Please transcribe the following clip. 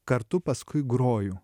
kartu paskui groju